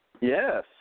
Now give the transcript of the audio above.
Yes